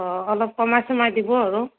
অ' অলপ কমাই চমাই দিব আৰু